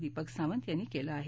दीपक सावंत यांनी केलं आहे